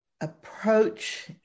approach